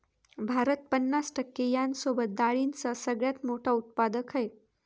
भारत पन्नास टक्के यांसोबत डाळींचा सगळ्यात मोठा उत्पादक आहे